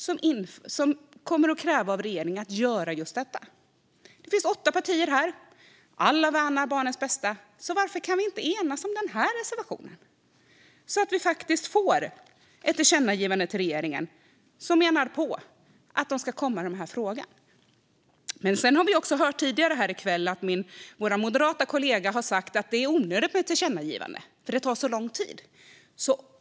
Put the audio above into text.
Enligt den kräver vi att regeringen gör just detta. Det finns åtta partier här, och alla värnar barnens bästa. Varför kan vi inte enas om den här reservationen, så att vi faktiskt får ett tillkännagivande till regeringen om att den ska återkomma i den här frågan? Vi har dock hört tidigare här i kväll, från vår moderata kollega, att det är onödigt med ett tillkännagivande därför att det tar så lång tid.